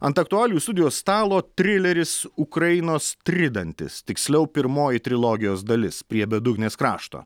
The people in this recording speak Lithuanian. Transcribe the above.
ant aktualių studijos stalo trileris ukrainos tridantis tiksliau pirmoji trilogijos dalis prie bedugnės krašto